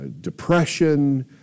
depression